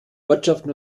ortschaften